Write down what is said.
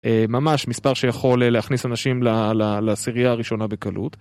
ממש מספר שיכול להכניס אנשים לעשרייה הראשונה בקלות.